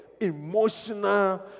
emotional